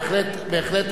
בהחלט.